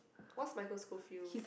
what's Micheal school field